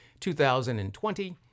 2020